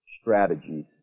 strategies